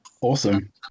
Awesome